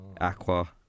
Aqua